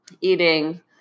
eating